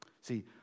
See